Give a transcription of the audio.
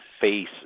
face